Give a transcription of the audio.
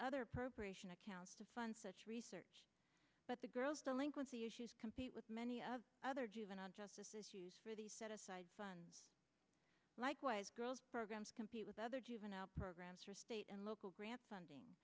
other appropriation accounts to fund such research but the girl's delinquency issues compete with many of other juvenile justice issues for the set aside fund likewise girls programs compete with other juvenile programs for state and local grant funding